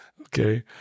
Okay